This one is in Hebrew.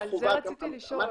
אמרתי,